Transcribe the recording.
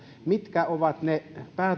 mitkä ovat ne